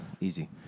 easy